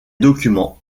documents